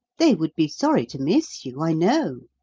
they would be sorry to miss you, i know.